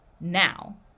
now